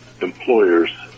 employers